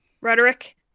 rhetoric